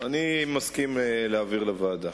אני מסכים להעביר לוועדה.